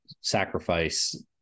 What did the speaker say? sacrifice